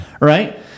right